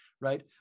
right